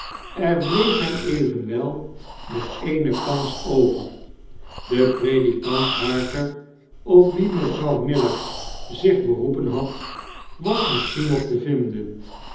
er bleef hem evenwel nog eene kans over de predikant harker op wien mevrouw miller zich beroepen had was misschien nog te vinden